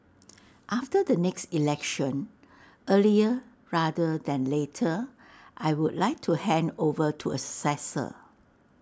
after the next election earlier rather than later I would like to hand over to A successor